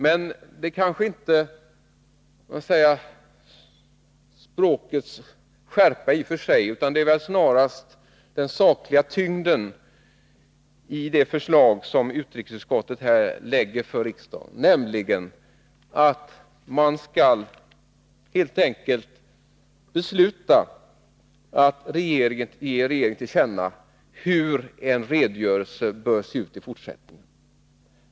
Men det väsentliga är kanske inte språkets skärpa i och för sig, utan det är väl snarast den sakliga tyngden i det förslag som utrikesutskottet lägger fram för riksdagen, nämligen att man helt enkelt skall besluta att ge regeringen till känna hur en redogörelse bör se utifortsättningen.